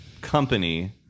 company